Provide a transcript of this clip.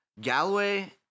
Galloway